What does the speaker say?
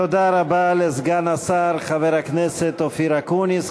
תודה רבה לסגן השר, חבר הכנסת אופיר אקוניס.